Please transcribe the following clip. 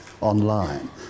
online